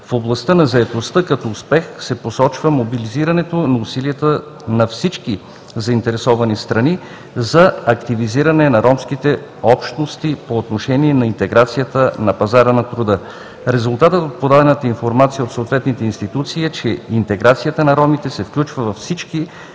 В областта на заетостта като успех се посочва мобилизирането на усилията на всички заинтересовани страни за активизиране на ромските общности по отношение на интеграцията на пазара на труда. Резултатът от подадената информация от съответните институции е, че интеграцията на ромите се включва във всички